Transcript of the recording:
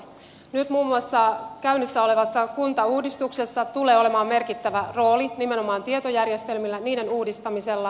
nyt muun muassa käynnissä olevassa kuntauudistuksessa tulee olemaan merkittävä rooli nimenomaan tietojärjestelmillä niiden uudistamisella